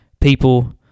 people